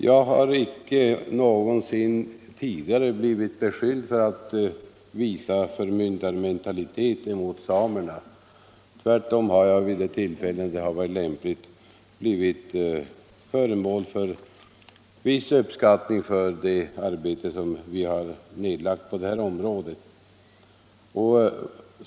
Jag har icke någonsin blivit beskylld för att visa förmyndarmentalitet mot samerna. Tvärtom har jag vid de tillfällen då det varit lämpligt blivit föremål för viss uppskattning för det arbete som vi har nedlagt på detta område.